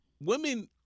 women